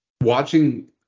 watching